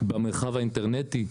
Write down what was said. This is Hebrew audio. במרחב האינטרנטי.